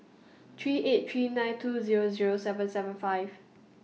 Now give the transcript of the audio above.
three eight three nine two Zero Zero seven seven five